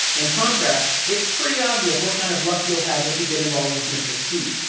in contrast, it's pretty obvious what kind of luck you'll have if you get involved with mr. c.